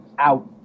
Out